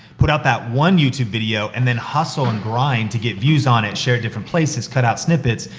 put out that one youtube video, and then hustle and grind to get views on it, share it different places, cut out snippets,